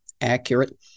accurate